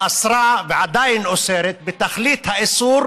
אסרה ועדיין אוסרת בתכלית האיסור,